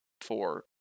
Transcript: four